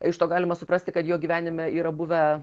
iš to galima suprasti kad jo gyvenime yra buvę